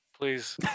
Please